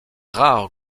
rares